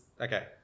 Okay